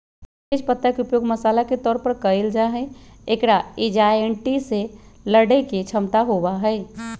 तेज पत्ता के उपयोग मसाला के तौर पर कइल जाहई, एकरा एंजायटी से लडड़े के क्षमता होबा हई